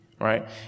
Right